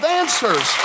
answers